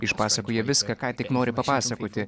išpasakoja viską ką tik nori papasakoti